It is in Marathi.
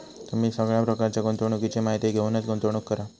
तुम्ही सगळ्या प्रकारच्या गुंतवणुकीची माहिती घेऊनच गुंतवणूक करा